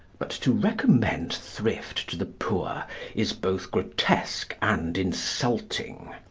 but to recommend thrift to the poor is both grotesque and insulting.